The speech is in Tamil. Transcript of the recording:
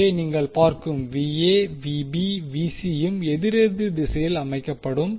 எனவே நீங்கள் பார்க்கும் ம் எதிரெதிர் திசையில் அமைக்கப்படும்